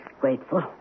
grateful